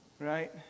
Right